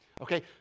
Okay